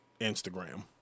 Instagram